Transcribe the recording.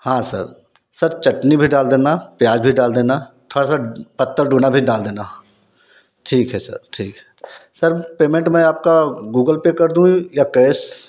हाँ sir sir चटनी भी डाल देना प्याज़ भी डाल देना थोड़ा सा पत्तल दोना भी डाल देना ठीक है सर ठीक है सर पेमेंट मैं आपका गूगल पे कर दूँ या कएस